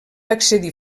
accedir